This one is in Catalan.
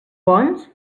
bons